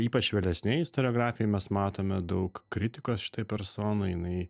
ypač vėlesnėj istoriografijoj mes matome daug kritikos šitai personai jinai